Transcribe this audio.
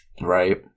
Right